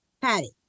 Patty